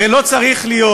הרי לא צריך להיות,